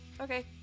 Okay